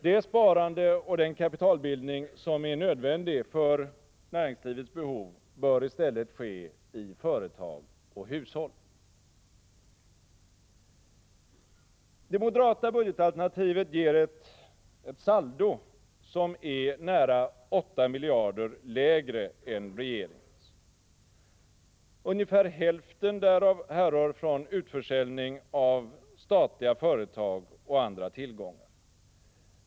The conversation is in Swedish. Det sparande och den kapitalbildning som är nödvändig för näringslivets behov bör i stället ske i företag och hushåll. Det moderata budgetalternativet ger ett saldo som är nära 8 miljarder lägre än regeringens. Ungefär hälften därav härrör från utförsäljning av statliga företag och andra tillgångar.